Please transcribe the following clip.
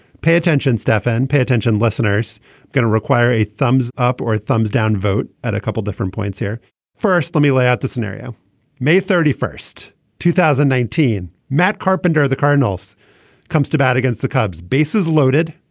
pay attention stefan. pay attention listener's going to require a thumbs up or thumbs down vote at a couple different points here first let me lay out the scenario may thirty first two thousand and nineteen. matt carpenter of the cardinals comes to bat against the cubs. bases loaded.